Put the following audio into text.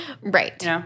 Right